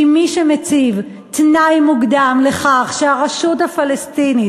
כי מי שמציב תנאי מוקדם שהרשות הפלסטינית